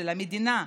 של המדינה,